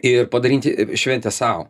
ir padaryti šventę sau